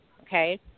Okay